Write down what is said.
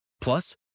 Plus